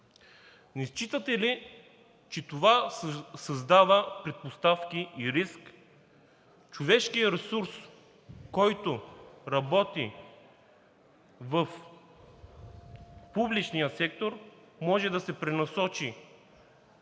Не считате ли, че това създава предпоставки и риск човешкият ресурс, който работи в публичния сектор, може да се пренасочи